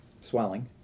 swelling